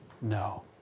No